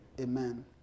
Amen